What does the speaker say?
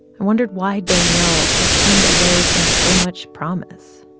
i wondered why daniel had turned away from so much promise